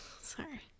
sorry